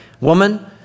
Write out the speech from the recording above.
Woman